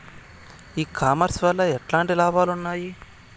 ఈ కామర్స్ వల్ల ఎట్లాంటి లాభాలు ఉన్నాయి?